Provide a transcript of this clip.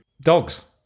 dogs